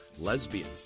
Lesbian